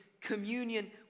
communion